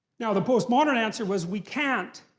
now the post-modern answer was we can't.